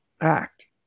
act